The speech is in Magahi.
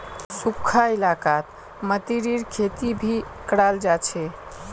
सुखखा इलाकात मतीरीर खेती भी कराल जा छे